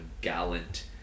gallant